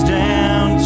down